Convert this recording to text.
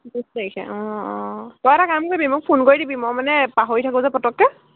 বিছ তাৰিখে অঁ অঁ তই এটা কাম কৰিবি মোক ফোন কৰি দিবি মই মানে পাহৰি থাকোঁ পটককৈ